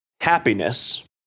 happiness